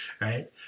right